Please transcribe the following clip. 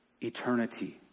eternity